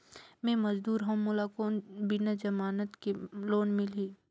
मे मजदूर हवं कौन मोला बिना जमानत के लोन मिलही?